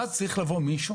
ואז צריך לבוא מישהו